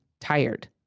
tired